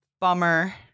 bummer